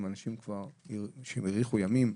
הם אנשים שהאריכו ימים,